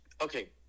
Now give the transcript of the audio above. okay